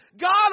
God